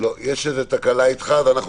הסתכלנו גם על המדד